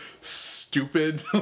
stupid